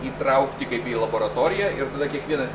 įtraukti kaip į laboratoriją ir tada kiekvienas